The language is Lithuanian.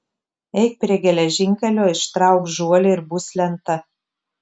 eik prie geležinkelio ištrauk žuolį ir bus lenta